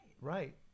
Right